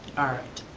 alright.